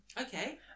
Okay